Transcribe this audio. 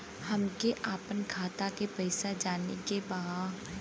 हमके आपन खाता के पैसा जाने के बा